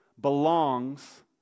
belongs